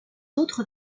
autres